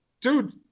dude